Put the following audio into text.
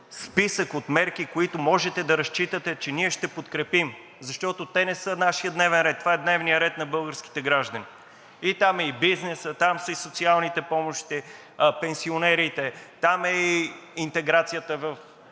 списък от мерки, които можете да разчитате, че ние ще подкрепим, защото те са нашият дневен ред. Това е дневният ред на българските граждани, там е и бизнесът, там са и социалните помощи, пенсионерите, там е и интеграцията в